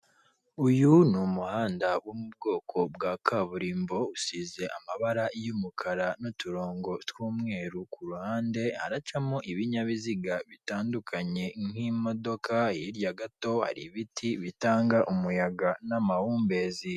Uyu ni umuhanda wo mu bwoko bwa kaburimbo usize amabara y'umukara n'uturongo tw'umweru ku ruhande haracamo ibinyabiziga bitandukanye nk'imodoka hirya gato hari ibiti bitanga umuyaga n'amahumbezi.